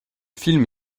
film